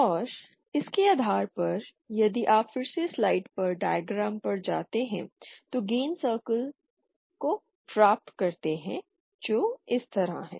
और इसके आधार पर यदि आप फिर से स्लाइड पर डायग्राम पर जाते हैं तो गेन सर्कल्स को प्राप्त करते हैं जो इस तरह हैं